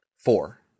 Four